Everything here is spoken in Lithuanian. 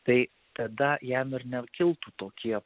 tai tada jam ir nekiltų tokie